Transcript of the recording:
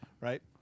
Right